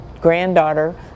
granddaughter